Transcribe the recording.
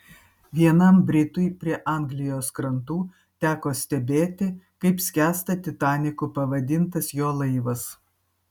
vienam britui prie anglijos krantų teko stebėti kaip skęsta titaniku pavadintas jo laivas